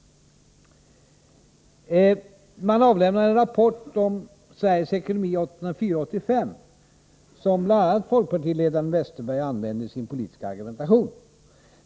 Man avlämnade en rapport, ”Sveriges ekonomi 1984-85”, som bl.a. folkpartiledaren Bengt Westerberg använde i sin politiska argumentation.